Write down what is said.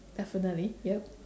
definitely yup